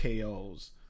KOs